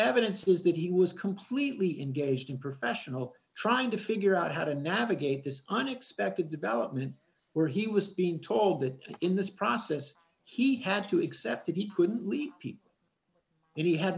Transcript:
evidence is that he was completely engaged in professional trying to figure out how to navigate this unexpected development where he was being told that in this process he had to accept that he couldn't lead people in he had